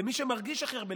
למי שמרגיש הכי הרבה,